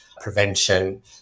prevention